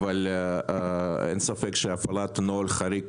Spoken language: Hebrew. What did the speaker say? אבל אין ספק שהפעלת נוהל חריג